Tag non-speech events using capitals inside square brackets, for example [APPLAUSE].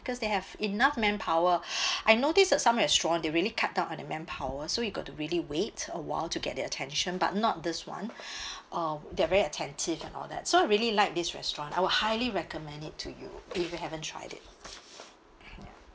cause they have enough manpower [BREATH] I notice that some restaurant there really cut down on their manpower so you got to really wait awhile to get their attention but not this [one] [BREATH] um they're very attentive and all that so I really liked this restaurant I will highly recommend it to you if you haven't tried it ya